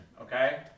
okay